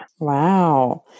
Wow